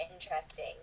interesting